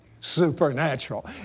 supernatural